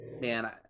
man